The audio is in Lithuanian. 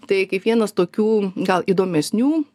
tai kaip vienas tokių gal įdomesnių